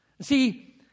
See